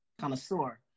connoisseur